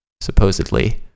supposedly